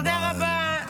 תודה רבה.